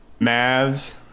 Mavs